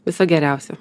viso geriausio